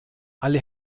alle